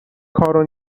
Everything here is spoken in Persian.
کارو